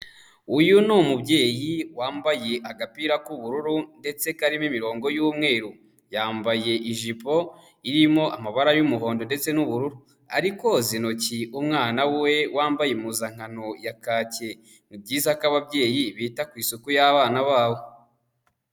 Uyu ni umubyeyi wambaye agapira k'ubururu ndetse karimo imirongo y'umweru, yambaye ijipo irimo amabara y'umuhondo ndetse n'ubururu, arikoza intoki umwana we wambaye impuzankano ya kake, ni byiza ko ababyeyi bita ku isuku y'abana babo.